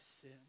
sin